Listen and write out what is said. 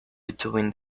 between